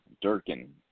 Durkin